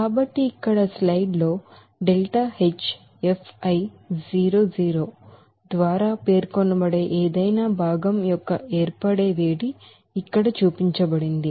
కాబట్టి ఇక్కడ ఈ స్లైడ్ లో delta H f i 0 ద్వారా పేర్కొనబడే ఏదైనా భాగం యొక్క ఏర్పడే వేడిఇక్కడ చూపించబడింది